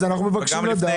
אנחנו רואים את זה מהתקשורת.